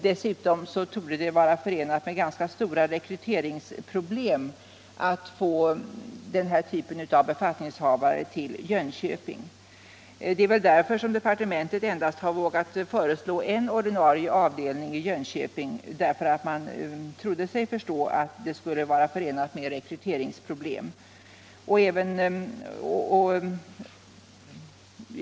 Dessutom torde det vara förenat med ganska stora rekryteringssvårigheter att få den här typen av befattningshavare till Jönköping. Det är väl därför som justitiedepartementet endast vågar föreslå en ordinarie avdelning i Jönköping; man trodde sig förstå att det skulle vara förenat med rekryteringsproblem att inrätta fler avdelningar.